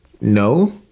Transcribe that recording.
no